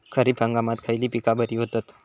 खरीप हंगामात खयली पीका बरी होतत?